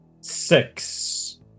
Six